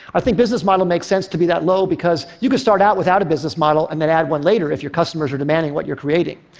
i think business model makes sense to be that low because you can start out without a business model and add one later if your customers are demanding what you're creating.